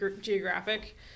Geographic